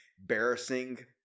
embarrassing